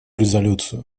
резолюцию